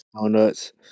Donuts